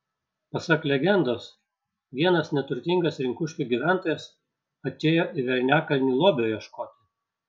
pasak legendos vienas neturtingas rinkuškių gyventojas atėjo į velniakalnį lobio ieškoti